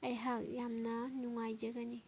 ꯑꯩꯍꯥꯛ ꯌꯥꯝꯅ ꯅꯨꯡꯉꯥꯏꯖꯒꯅꯤ